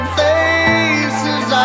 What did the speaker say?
faces